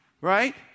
right